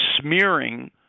smearing